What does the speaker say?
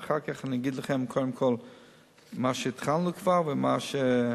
ואחר כך אני אגיד לכם קודם כול מה שכבר התחלנו ומה שעשינו.